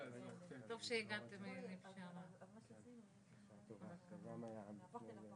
כיום אין הסדרה מפורשת גם של הפרמדיקים וגם של הנושא